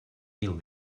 mil